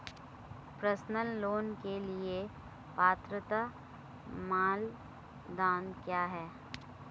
Personal loan के लिए पात्रता मानदंड क्या हैं?